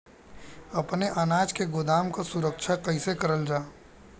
अपने अनाज के गोदाम क सुरक्षा कइसे करल जा?